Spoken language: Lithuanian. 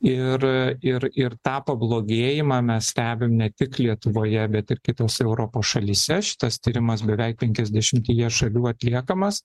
ir ir ir tą pablogėjimą mes stebim ne tik lietuvoje bet ir kitos europos šalyse šitas tyrimas beveik penkiasdešimtyje šalių atliekamas